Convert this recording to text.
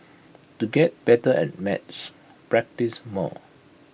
to get better at maths practise more